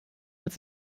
als